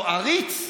רבותיי